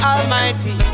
Almighty